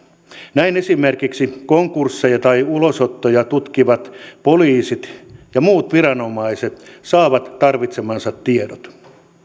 näin esimerkiksi konkursseja tai ulosottoja tutkivat poliisit ja muut viranomaiset saavat tarvitsemansa tiedot